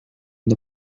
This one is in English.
the